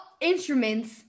instruments